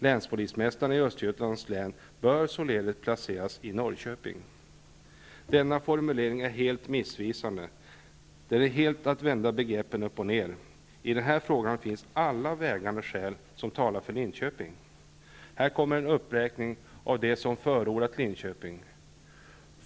Länspolismästaren i Östergötlands län bör således placeras i Denna formulering är tyvärr helt missvisande. Det är att helt vända begreppen upp och ner. I den här frågan talar alla vägande skäl för Linköping. Här kommer en uppräkning av dem som förordat Linköping.